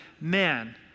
man